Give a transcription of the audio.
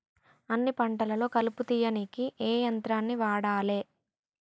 అన్ని పంటలలో కలుపు తీయనీకి ఏ యంత్రాన్ని వాడాలే?